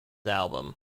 album